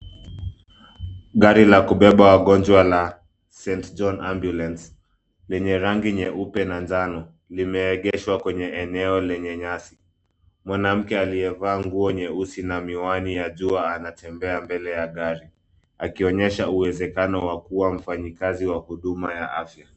Gari la kubebe wagonjwa la St John's ambulance lenye rangi nyeupe na njano limeegeshwa kwenye eneo lenye nyasi. Mwanamke aliyavaa nguo nyeusi na miwani ya jua anetembea mbele ya gari akionyesha uwezekano wa kuwa mfanyikazi wa huduma ya afya.